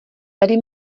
tady